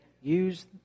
use